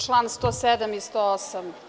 Čl. 107. i 108.